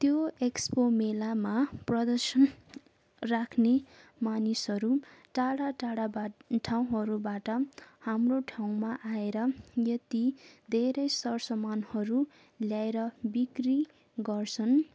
त्यो एक्सपो मेलामा प्रदर्शन राख्ने मानिसहरू टाडा टाडा ठाउँहरूबाट हाम्रो ठाउँमा आएर यति धेरै सर सामानहरू ल्याएर बिक्री गर्छन्